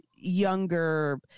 younger